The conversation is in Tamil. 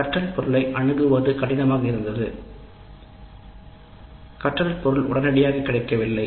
கற்றல் பொருளை அணுகுவது கடினமாக இருந்தது கற்றல் பொருள் உடனடியாக கிடைக்கவில்லை